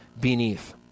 beneath